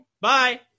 Bye